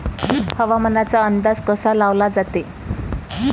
हवामानाचा अंदाज कसा लावला जाते?